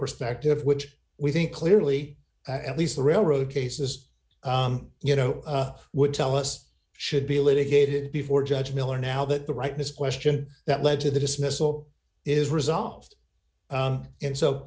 perspective which we think clearly at least the railroad cases you know would tell us should be litigated before judge miller now that the rightness question that led to the dismissal is resolved and so